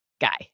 guy